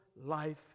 life